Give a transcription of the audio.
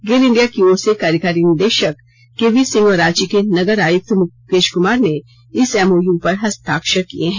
गेल India की ओर से कार्यकारी निदेशक के वी सिंह और रांची के नगर आयुक्त मुकेश कुमार ने इस एम ओ यू पर हस्ताक्षर किए हैं